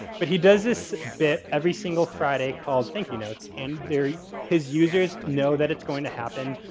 but he does this bit every single friday called thank you notes. and there his users know that it's going to happen.